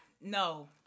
no